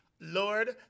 Lord